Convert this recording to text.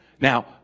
Now